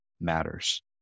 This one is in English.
matters